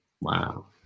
Wow